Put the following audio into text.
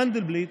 מנדלבליט,